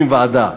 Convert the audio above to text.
מקימים ועדה.